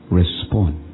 respond